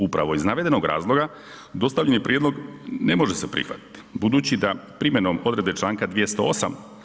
Upravo iz navedenog razloga dostavljeni prijedlog ne može se prihvatiti budući da primjenom odredbe Članka 208.